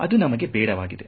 ಅದು ನಮಗೆ ಬೇಡವಾಗಿದೆ